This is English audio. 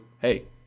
hey